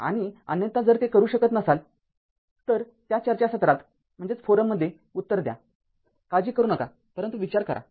आणि अन्यथा जर ते करू शकत नसाल तर त्या चर्चासत्रात उत्तर द्या काळजी करू नका परंतु विचार करा